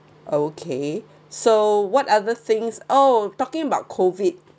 okay so what other things oh talking about COVID